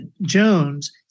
Jones